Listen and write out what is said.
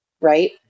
Right